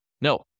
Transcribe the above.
No